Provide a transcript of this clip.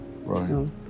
Right